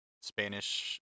Spanish